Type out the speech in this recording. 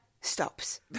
stops